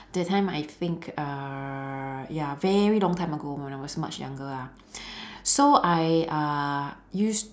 that time I think err ya very long time ago when I was much younger ah so I uh used